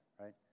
right